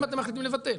אם אתם מחליטים לבטל.